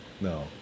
no